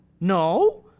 No